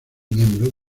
miembro